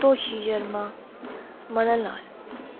Toshi Sharma Madan Lal